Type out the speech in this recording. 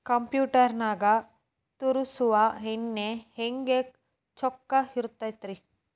Computer ನಾಗ ತರುಸುವ ಎಣ್ಣಿ ಹೆಂಗ್ ಚೊಕ್ಕ ಇರತ್ತ ರಿ?